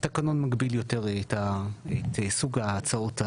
התקנון מגביל יותר את סוג ההצעות.